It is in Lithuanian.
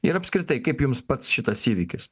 ir apskritai kaip jums pats šitas įvykis